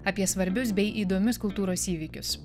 apie svarbius bei įdomius kultūros įvykius